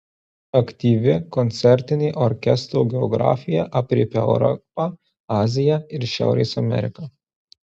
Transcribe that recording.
aktyvi koncertinė orkestro geografija aprėpia europą aziją ir šiaurės ameriką